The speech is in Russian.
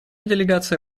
делегация